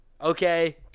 okay